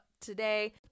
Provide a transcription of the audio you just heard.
today